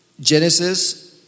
Genesis